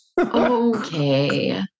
Okay